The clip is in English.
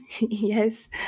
Yes